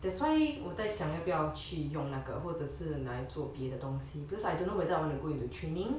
that's why 我在想要不要去用那个或者是拿来做别的东西 because I don't know whether I want to go into training